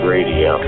Radio